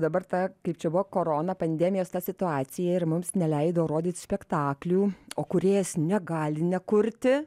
dabar ta kaip čia buvo korona pandemijos ta situacija ir mums neleido rodyt spektaklių o kūrėjas negali nekurti